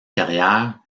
carrière